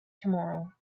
tomorrow